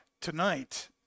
tonight